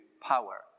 power